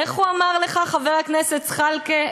איך הוא אמר לך, חבר הכנסת זחאלקה?